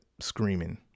screaming